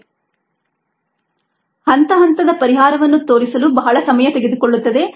dxdtmS0 x x0YxSKSS0 x x0YxSx ಹಂತ ಹಂತದ ಪರಿಹಾರವನ್ನು ತೋರಿಸಲು ಬಹಳ ಸಮಯ ತೆಗೆದುಕೊಳ್ಳುತ್ತದೆ